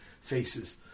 faces